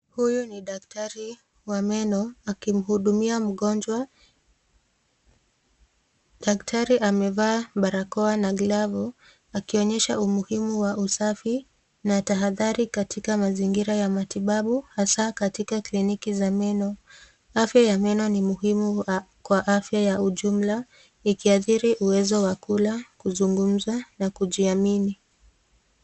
Huyu ni daktari wa meno akimhudumia mgonjwa. Daktari amevaa barakoa na glavu akionyesha umuhimu wa usafi na tahadhari katika mazingira ya matibabu, hasa katika kliniki za meno. Afya ya meno ni muhimu kwa afya ya ujumla, ikiathiri uwezo wa kula, kuzungumza na kujiamini.